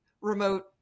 remote